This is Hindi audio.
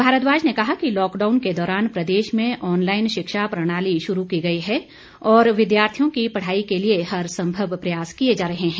भारद्वाज ने कहा कि लॉकडाउन के दौरान प्रदेश में ऑनलाइन शिक्षा प्रणाली शुरू की गई है और विद्यार्थियों की पढ़ाई के लिए हर संभव प्रयास किए जा रहे हैं